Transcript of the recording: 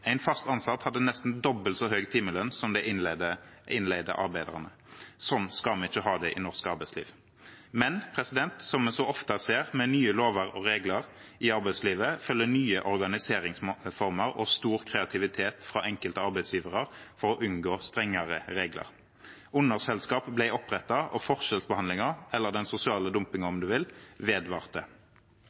En fast ansatt hadde nesten dobbelt så høy timelønn som de innleide arbeiderne. Slik skal vi ikke ha det i norsk arbeidsliv. Men, som vi så ofte ser, med nye lover og regler i arbeidslivet følger nye organiseringsformer og stor kreativitet fra enkelte arbeidsgivere for å unngå strengere regler. Underselskap ble opprettet, og forskjellsbehandlingen – eller den sosiale dumpingen, om du vil – vedvarte.